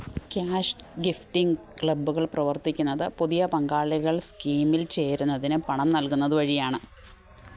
cash gifting ക്ലബ്ബുകൾ പ്രവർത്തിക്കുന്നത് പുതിയ പങ്കാളികൾ സ്കീമിൽ ചേരുന്നതിന് പണം നൽകുന്നത് വഴിയാണ്